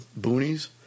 boonies